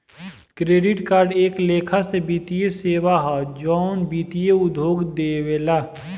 credit card एक लेखा से वित्तीय सेवा ह जवन वित्तीय उद्योग देवेला